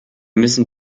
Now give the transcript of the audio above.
müssen